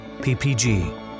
PPG